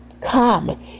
come